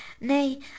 nay